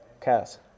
cast